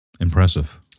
impressive